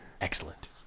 Excellent